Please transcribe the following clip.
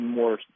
more